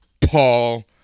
Paul